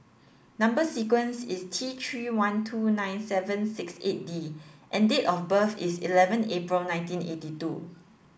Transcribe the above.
number sequence is T three one two nine seven six eight D and date of birth is eleven April nineteen eighty two